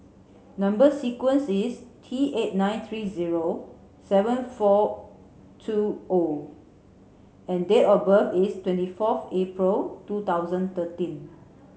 number sequence is T eight nine three zero seven four two O and date of birth is twenty forth April two thousand thirteen